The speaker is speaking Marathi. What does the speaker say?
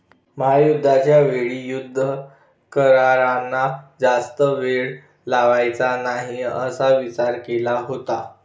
महायुद्धाच्या वेळी युद्ध करारांना जास्त वेळ लावायचा नाही असा विचार केला होता